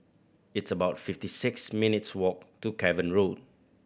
it's about fifty six minutes' walk to Cavan Road